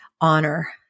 honor